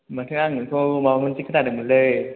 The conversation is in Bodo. माथो आं नोंखौ माबा मोनसे खोनादोंमोनलै